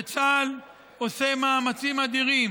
וצה"ל עושה מאמצים אדירים